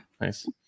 Nice